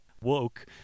woke